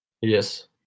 Yes